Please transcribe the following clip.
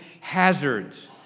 hazards